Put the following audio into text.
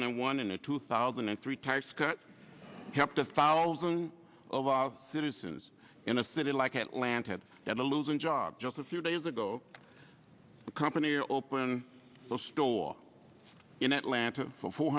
and one and a two thousand and three tax cuts kept a thousand of our citizens in a city like atlanta that are losing jobs just a few days ago the company open the door in atlanta for four